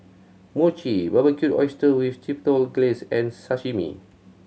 Mochi Barbecued Oyster with Chipotle Glaze and Sashimi